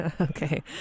Okay